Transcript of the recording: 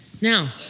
Now